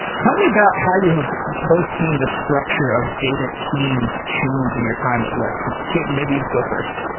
tell me about how you have both seen the structure of data teams change in your time at lyft. ketan, maybe you could go fi